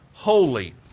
holy